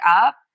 up